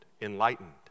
enlightened